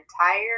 entire